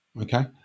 okay